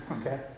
okay